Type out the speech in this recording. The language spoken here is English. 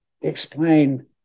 explain